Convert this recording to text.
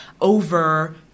over